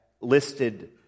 listed